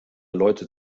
leute